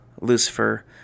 Lucifer